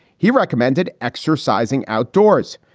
he recommended exercising outdoors,